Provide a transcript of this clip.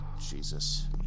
Jesus